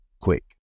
quick